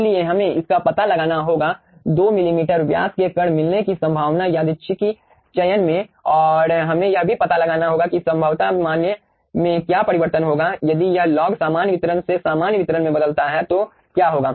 इसलिए हमें इसका पता लगाना होगा 2 मिलीमीटर व्यास के कण मिलने की संभावना यादृच्छिक चयन में और हमें यह भी पता लगाना होगा की संभवता मान्य में क्या परिवर्तन होगा यदि यह लॉग सामान्य वितरण से सामान्य वितरण में बदलता है तो क्या होगा